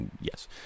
Yes